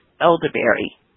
elderberry